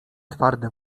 twarde